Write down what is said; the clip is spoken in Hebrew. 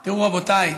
תראו, רבותיי,